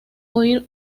oír